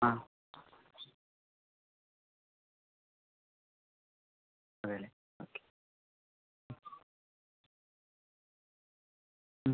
ആ അതെയല്ലേ ഓക്കേ